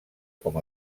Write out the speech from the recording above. com